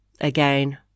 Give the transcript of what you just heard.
again